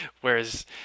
Whereas